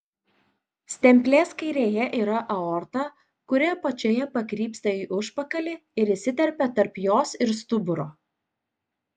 stemplės kairėje yra aorta kuri apačioje pakrypsta į užpakalį ir įsiterpia tarp jos ir stuburo